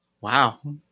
Wow